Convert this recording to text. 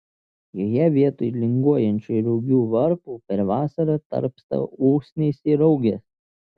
joje vietoj linguojančių rugių varpų per vasarą tarpsta usnys ir raugės